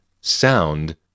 sound